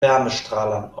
wärmestrahlern